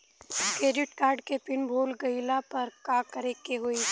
Credit card के PIN भूल गईला पर का करे के होई?